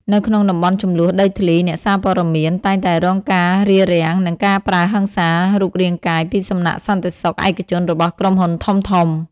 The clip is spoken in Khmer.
នៅក្នុងតំបន់ជម្លោះដីធ្លី អ្នកសារព័ត៌មានតែងតែរងការរារាំង និងការប្រើហិង្សារូបរាងកាយពីសំណាក់សន្តិសុខឯកជនរបស់ក្រុមហ៊ុនធំៗ។